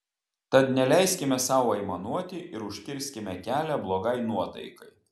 tad neleiskime sau aimanuoti ir užkirskime kelią blogai nuotaikai